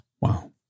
Wow